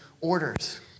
orders